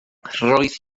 roedd